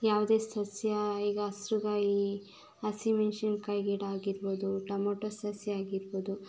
ಯಾವುದೇ ಸಸ್ಯ ಈಗ ಹಸಿರುಗಾಯಿ ಹಸಿಮೆಣ್ಸಿನ್ಕಾಯಿ ಗಿಡ ಆಗಿರ್ಬೋದು ಟೊಮೆಟೋ ಸಸ್ಯ ಆಗಿರ್ಬೋದು